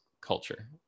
culture